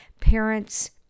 parents